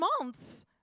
months